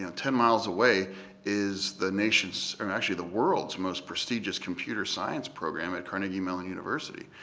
yeah ten miles away is the nation's, um actually the world's most prestigious computer science program at carnegie mellon university.